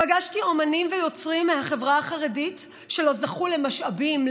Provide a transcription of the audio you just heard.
פגשתי אומנים ויוצרים מהחברה החרדית שלא זכו למשאבים,